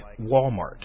Walmart